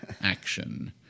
action